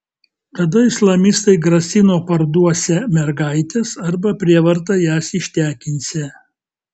tada islamistai grasino parduosią mergaites arba prievarta jas ištekinsią